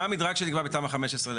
מה המדרג שנקבע בתמ"א 15?